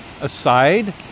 aside